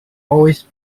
always